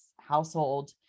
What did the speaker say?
household